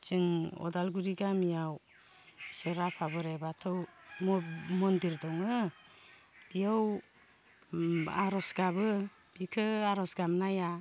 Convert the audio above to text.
जों अदालगुरि गामियाव इसोर आफा बोराइ बाथौ मन्दिर दङो बियाव आर'ज गाबो बिखो आर'ज गाबनाया